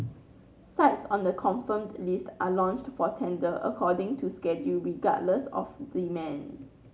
sites on the confirmed list are launched for tender according to schedule regardless of demand